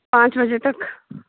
पाँच बजे तक